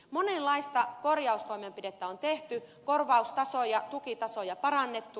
monenlaista korjaustoimenpidettä on tehty korvaustasoja tukitasoja parannettu